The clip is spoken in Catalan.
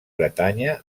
bretanya